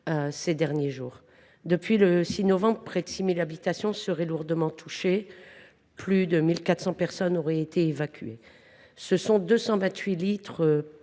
ces derniers jours. Depuis le 6 novembre, près de 6 000 habitations seraient lourdement touchées et plus de 1 400 personnes auraient été évacuées. Ce sont 228 litres